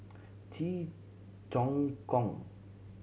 Cheong Choong Kong